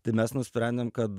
tai mes nusprendėm kad